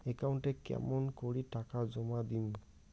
একাউন্টে কেমন করি টাকা জমা দিম?